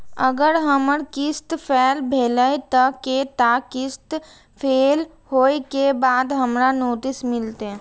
अगर हमर किस्त फैल भेलय त कै टा किस्त फैल होय के बाद हमरा नोटिस मिलते?